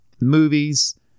movies